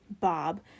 Bob